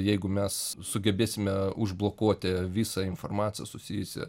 jeigu mes sugebėsime užblokuoti visą informaciją susijusią